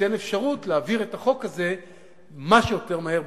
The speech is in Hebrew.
תיתן אפשרות להעביר את החוק הזה כמה שיותר מהר,